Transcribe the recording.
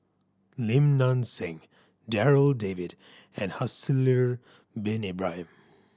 Lim Nang Seng Darryl David and Haslir Bin Ibrahim